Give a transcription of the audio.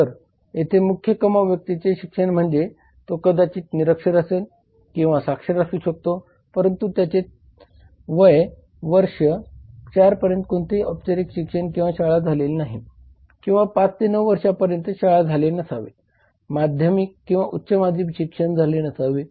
तरयेथे मुख्य कमावू व्यक्तीचे शिक्षण म्हणजे तो कदाचित निरक्षरअसेल किंवा साक्षर असू शकतो परंतु त्याचे त्याचे वय वर्ष 4 पर्यंत कोणतेही औपचारिक शिक्षण किंवा शाळा झाले नाही किंवा 5 ते 9 वर्षापर्यंत शाळा झाले नसावे माध्यमिक किंवा उच्च माध्यमिक शिक्षण झाले नसावे